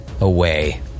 away